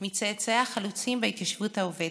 מצאצאי החלוצים בהתיישבות העובדת,